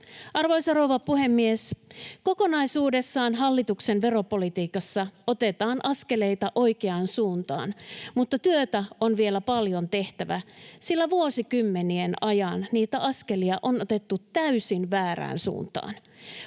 Arvoisa rouva puhemies! Kokonaisuudessaan hallituksen veropolitiikassa otetaan askeleita oikeaan suuntaan, mutta työtä on vielä paljon tehtävänä, sillä vuosikymmenien ajan niitä askelia on otettu täysin väärään suuntaan.